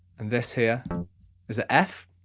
and this here is an f,